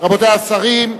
רבותי השרים,